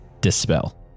dispel